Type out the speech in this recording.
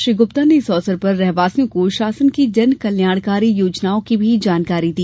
श्री गुप्ता ने इस अवसर पर रहवासियों को शासन की जन कल्याणकारी योजनाओं की मी जानकारी दी